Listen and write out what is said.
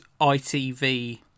ITV